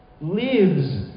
lives